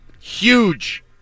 Huge